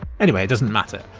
any way it doesn't matter.